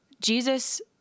Jesus